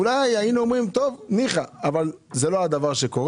אולי היינו אומרים ניחא, אבל לא זה מה שקורה.